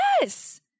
Yes